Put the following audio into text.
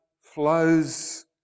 flows